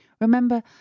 Remember